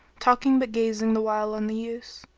talking but gazing the while on the youths.